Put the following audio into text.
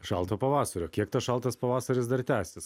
šalto pavasario kiek tas šaltas pavasaris dar tęsis